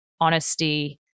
honesty